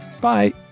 Bye